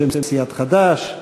בשם סיעת חד"ש.